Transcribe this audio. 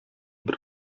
бер